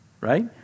right